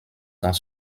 dans